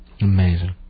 amazing